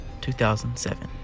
2007